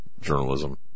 journalism